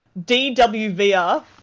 DWVR